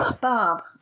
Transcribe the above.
Bob